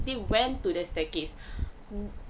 they went to the staircase